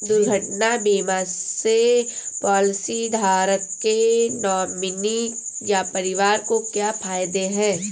दुर्घटना बीमा से पॉलिसीधारक के नॉमिनी या परिवार को क्या फायदे हैं?